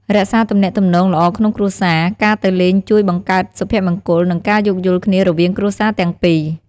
រក្សាទំនាក់ទំនងល្អក្នុងគ្រួសារ ការទៅលេងជួយបង្កើតសុភមង្គល និងការយោគយល់គ្នារវាងគ្រួសារទាំងពីរ។